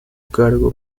cargo